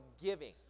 giving